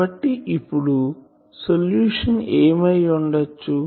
కాబట్టి ఇప్పుడు సొల్యూషన్ ఏమై ఉండొచ్చు